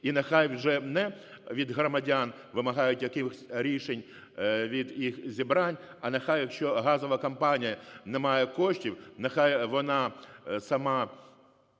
і нехай вже не від громадян вимагають якихось рішень від їх зібрань, а нехай, якщо газова компанія не має коштів, нехай вона сама